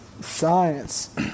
Science